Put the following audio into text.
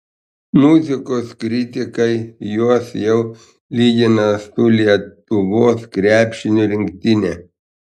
muzikos kritikai juos jau lygina su lietuvos krepšinio rinktine